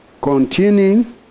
continuing